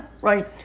right